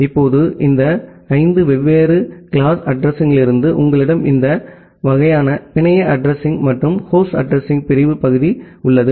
இப்போது இந்த ஐந்து வெவ்வேறு கிளாஸ் அட்ரஸிங்களுக்கு உங்களிடம் இந்த வகையான பிணைய அட்ரஸிங் மற்றும் ஹோஸ்ட் அட்ரஸிங் பிரிவு பகுதி உள்ளது